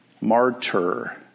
martyr